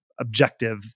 objective